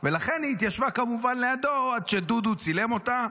ולכן היא התיישבה כמובן לידו עד שדודו צילם אותה,